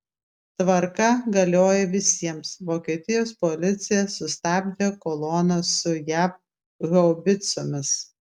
tvarka galioja visiems vokietijos policija sustabdė koloną su jav haubicomis